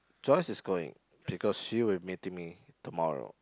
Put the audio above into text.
Joyce is going because she will meeting me tomorrow